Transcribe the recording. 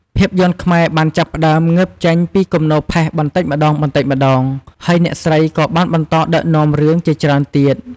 ភាពយន្តខ្មែរបានចាប់ផ្តើមងើបចេញពីគំនរផេះបន្តិចម្តងៗ ហើយអ្នកស្រីក៏បានបន្តដឹកនាំរឿងជាច្រើនទៀត។